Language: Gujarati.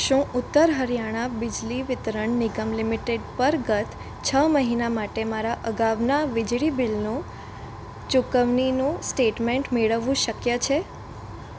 શું ઉત્તર હરિયાણા બિજલી વિતરણ નિગમ લિમિટેડ પર ગત છ મહિના માટે મારા અગાઉના વીજળી બિલનું ચુકવણીનું સ્ટેટમેન્ટ મેળવવું શક્ય છે